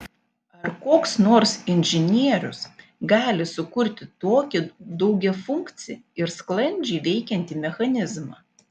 ar koks nors inžinierius gali sukurti tokį daugiafunkcį ir sklandžiai veikiantį mechanizmą